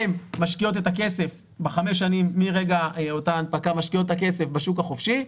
הן משקיעות את הכסף בחמש השנים מרגע אותה ההנפקה בשוק החופשי,